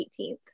18th